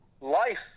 life